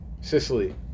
Sicily